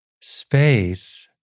space